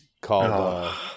called